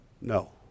No